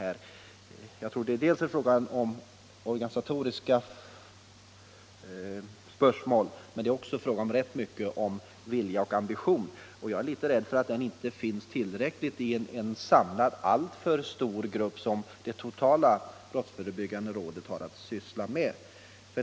Det är till en del fråga om alkoholpolitiska spörsmål men också rätt mycket fråga om vilja och ambition. Jag är litet rädd för att den ambitionen inte finns i tillräckligt hög grad i en alltför stor grupp som det samlade brottsförebyggande rådet med dess omfattande uppgifter.